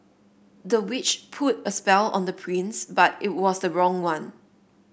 the witch put a spell on the prince but it was the wrong one